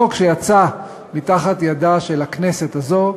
חוק שיצא מתחת ידה של הכנסת הזאת,